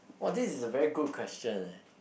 !wow! this is a very good question leh